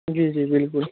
جی جی بالکل